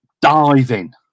diving